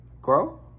Grow